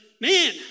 man